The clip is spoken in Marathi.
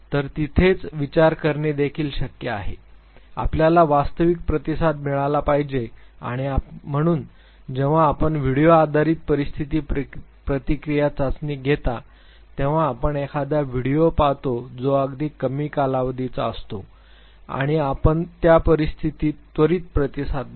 तर तिथेच विचार करणे देखील शक्य आहे आपल्याला वास्तविक प्रतिसाद मिळाला पाहिजे आणि म्हणून जेव्हा आपण व्हिडिओ आधारित परिस्थिती प्रतिक्रिया चाचणी घेता तेव्हा आपण एखादा व्हिडिओ पाहतो जो अगदी कमी कालावधीचा असतो आणि आपण त्या परिस्थितीला त्वरित प्रतिसाद देता